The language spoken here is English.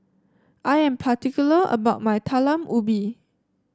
I am particular about my Talam Ubi